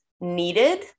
needed